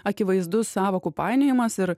akivaizdus sąvokų painiojimas ir